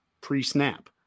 pre-snap